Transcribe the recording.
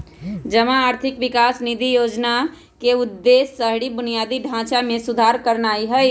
जमा आर्थिक विकास निधि जोजना के उद्देश्य शहरी बुनियादी ढचा में सुधार करनाइ हइ